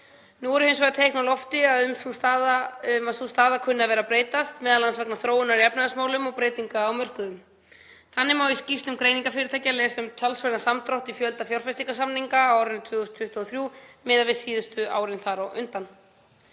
Nú eru hins vegar teikn á lofti um að sú staða kunni að vera að breytast, m.a. vegna þróunar í efnahagsmálum og breytinga á mörkuðum. Þannig má í skýrslum greiningarfyrirtækja lesa um talsverðan samdrátt í fjölda fjárfestingarsamninga á árinu 2023 miðað við síðustu árin þar á undan.